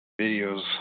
videos